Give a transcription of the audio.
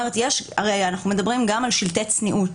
הרי אנחנו מדברים גם על שלטי צניעות,